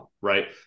right